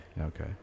okay